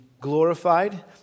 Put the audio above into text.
glorified